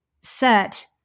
set